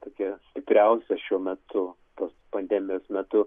tokia stipriausia šiuo metu tos pandemijos metu